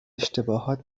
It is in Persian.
اشتباهات